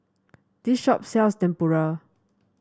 this shop sells Tempura